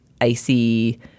icy